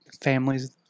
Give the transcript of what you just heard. families